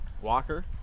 Walker